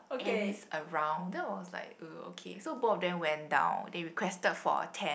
ants around then I was like ugh okay so both of them went down they requested for a tent